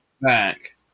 back